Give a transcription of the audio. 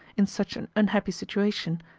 in such an unhappy situation,